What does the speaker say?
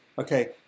Okay